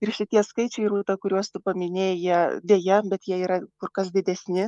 ir šitie skaičiai rūta kuriuos tu paminėjai jie deja bet jie yra kur kas didesni